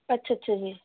ਅੱਛਾ ਅੱਛਾ ਜੀ